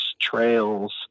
trails